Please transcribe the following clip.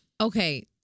Okay